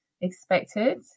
expected